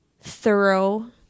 thorough